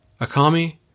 Akami